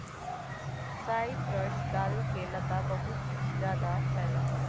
cypress दारू के लता बहुत जादा फैला हई